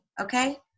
okay